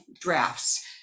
drafts